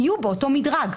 יהיו באותו מדרג.